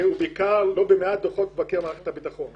ובעיקר לא במעט דוחות של מבקר מערכת הביטחון".